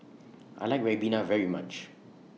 I like Ribena very much